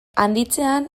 handitzean